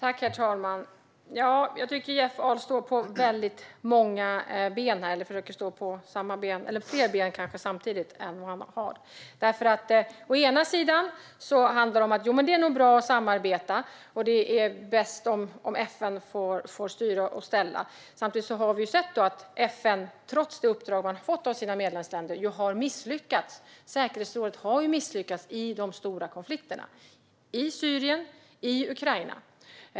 Herr talman! Jag tycker att Jeff Ahl står på väldigt många ben här, kanske fler ben samtidigt än vad han har. Å ena sidan säger han: Det är nog bra att samarbeta, och det är bäst om FN får styra och ställa. Samtidigt har vi sett att FN trots det uppdrag det har fått av sina medlemsländer har misslyckats. Säkerhetsrådet har misslyckats i de stora konflikterna i Syrien och i Ukraina.